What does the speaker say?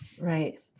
Right